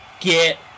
get